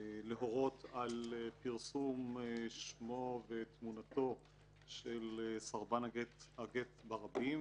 להורות על פרסום שמו ותמונתו של סרבן הגט ברבים,